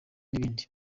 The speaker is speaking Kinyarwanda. n’ibindi